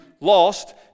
lost